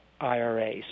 IRA